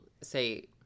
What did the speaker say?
say